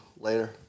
later